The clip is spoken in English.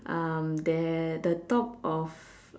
um there the top of